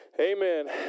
Amen